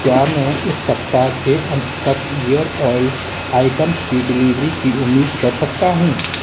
क्या मैं इस सप्ताह के अंत तक इयर ऑइल आइटम्स की डिलिवरी की उम्मीद कर सकता हूँ